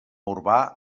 urbà